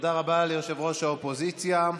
תודה רבה ליושב-ראש האופוזיציה.